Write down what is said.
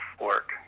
work